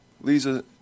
Lisa